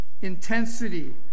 intensity